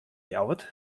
ljouwert